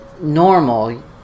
normal